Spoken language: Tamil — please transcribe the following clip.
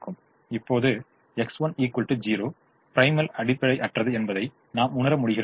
இப்போது X1 0 ப்ரிமலில் அடிப்படையற்றது என்பதை நாம் உணர முடிகிறது